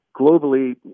globally